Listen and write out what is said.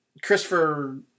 Christopher